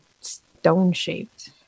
stone-shaped